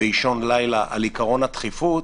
באישון לילה, על עיקרון הדחיפות.